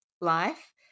life